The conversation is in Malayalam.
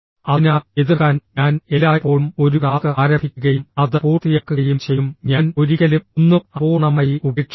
അതിനാൽ എതിർക്കാൻ ഞാൻ എല്ലായ്പ്പോഴും ഒരു ടാസ്ക് ആരംഭിക്കുകയും അത് പൂർത്തിയാക്കുകയും ചെയ്യും ഞാൻ ഒരിക്കലും ഒന്നും അപൂർണ്ണമായി ഉപേക്ഷിക്കില്ല